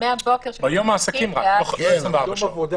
מבוקר יום העסקים עד סופו.